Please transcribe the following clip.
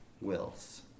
wills